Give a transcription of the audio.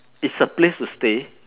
it's a place to stay